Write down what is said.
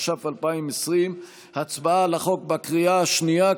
התש"ף 2020. הצבעה על החוק בקריאה השנייה,